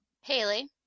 Haley